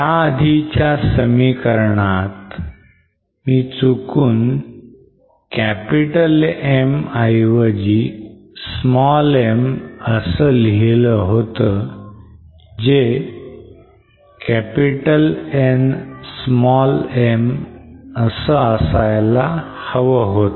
या आधीच्या समीकरणात मी चुकून M m असं लिहिलं होत जे Nm असायला हवे होते